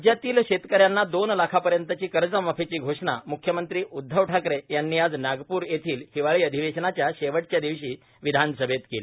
राज्यातील शेतकऱ्यांना दोन लाखांपर्यंतचे कर्जमाफिची घोषणा मुख्यमंत्री उदधव ठाकरे यांनी आज नागपूर येथील हिवाळी अधिवेशनाच्या शेवटच्या दिवशी विधानसभेत केली